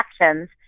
actions